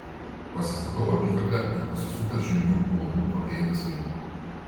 pasistatau apykaklę ir pasisukęs žengiu uolų papėdės link